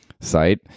site